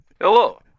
Hello